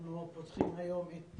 אנחנו פותחים היום את